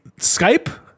Skype